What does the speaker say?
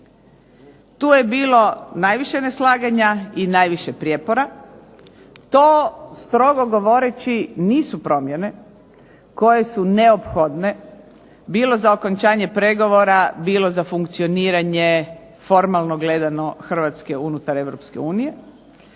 Tu je bilo najviše neslaganja i najviše prijepora. To strogo govoreći nisu promjene koje su neophodne bilo za okončanje pregovora bilo za funkcioniranje formalno gledano hrvatske unutar